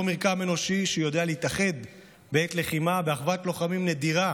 אותו מרקם אנושי שיודע להתאחד בעת לחימה באחוות לוחמים נדירה